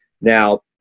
Now